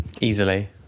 easily